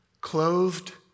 clothed